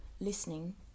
listening